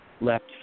left